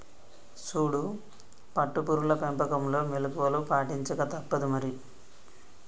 సూడు పట్టు పురుగుల పెంపకంలో మెళుకువలు పాటించక తప్పుదు మరి